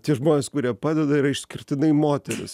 tie žmonės kurie padeda yra išskirtinai moterys